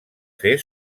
fer